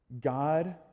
God